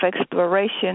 exploration